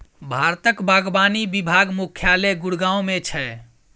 भारतक बागवानी विभाग मुख्यालय गुड़गॉव मे छै